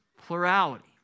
Plurality